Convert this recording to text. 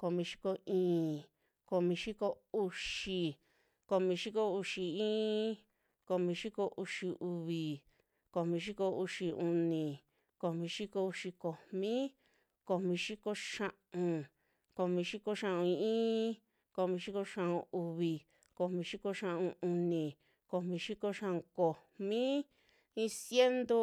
komi xiko i'in, komi xiko uxi, komi xiko uxi iin, komi xiko uxiuvi, komi xiko uxi uni, komi xiko uxi komi, komi xiko xia'un, komixiko xia'un iin, komi xiko xia'un uvi, komi xiko xia'un uni, komi xiko xia'un komi, iin ciento.